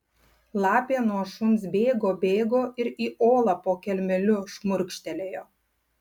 lapė nuo šuns bėgo bėgo ir į olą po kelmeliu šmurkštelėjo